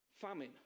famine